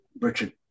Richard